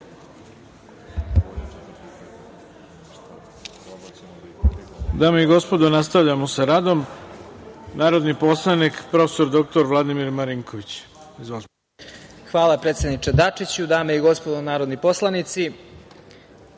Hvala, predsedniče Dačiću. Dame i gospodo narodni poslanici,